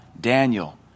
Daniel